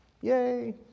yay